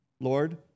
Lord